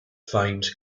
famed